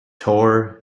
tor